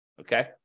okay